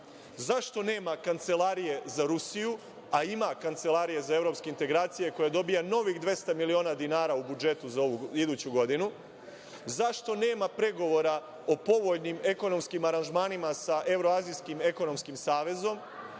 Zašto nema kancelarije za Rusiju, a ima Kancelarije za evropske integracije, koja dobija novih 200 miliona dinara u budžetu za iduću godinu? Zašto nema pregovora o povoljnim ekonomskim aranžmanima sa Evroazijskim ekonomskim savezom?